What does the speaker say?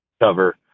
cover